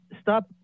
stop